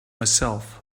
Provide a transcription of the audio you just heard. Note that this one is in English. myself